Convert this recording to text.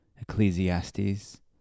Ecclesiastes